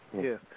yes